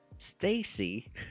Stacy